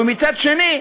ומצד שני,